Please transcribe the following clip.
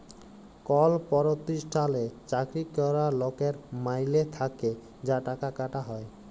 call পরতিষ্ঠালে চাকরি ক্যরা লকের মাইলে থ্যাকে যা টাকা কাটা হ্যয়